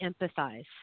empathize